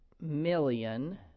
million